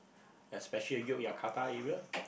especially Yogyakarta area